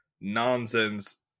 nonsense